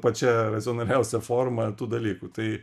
pačia racionaliausia forma tų dalykų tai